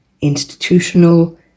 institutional